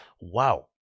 wow